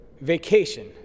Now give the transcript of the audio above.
vacation